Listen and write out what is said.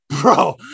bro